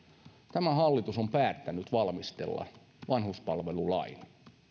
tämä hallitus on päättänyt valmistella vanhuspalvelulain